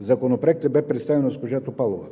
Законопроектът бе представен от госпожа Топалова.